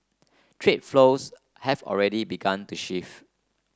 trade flows have already begun to shift